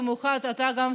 במיוחד גם אתה,